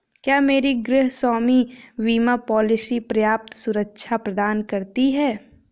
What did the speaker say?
क्या मेरी गृहस्वामी बीमा पॉलिसी पर्याप्त सुरक्षा प्रदान करती है?